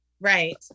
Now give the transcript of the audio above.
Right